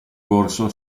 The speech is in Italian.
corso